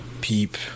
peep